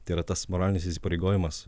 tai yra tas moralinis įsipareigojimas